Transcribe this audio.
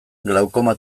glaukoma